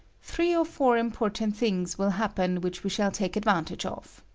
three or four important things will happen which we shall take advantage of.